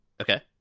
Okay